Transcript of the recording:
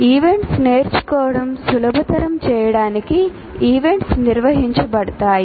events నేర్చుకోవడం సులభతరం చేయడానికి ఈవెంట్స్ నిర్వహించబడుతున్నాయి